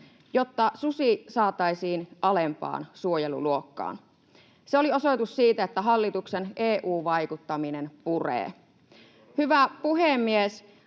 jotta susi saataisiin alempaan suojeluluokkaan. Se oli osoitus siitä, että hallituksen EU-vaikuttaminen puree. Hyvä puhemies!